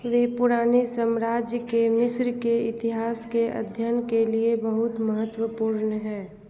वह पुराने साम्राज्य के मिस्र के इतिहास के अध्ययन के लिए बहुत महत्वपूर्ण है